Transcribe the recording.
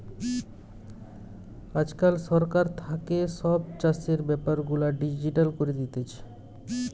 আজকাল সরকার থাকে সব চাষের বেপার গুলা ডিজিটাল করি দিতেছে